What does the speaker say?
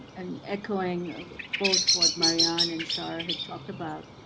and echoing both what marianne and shar had talked about,